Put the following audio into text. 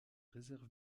réserve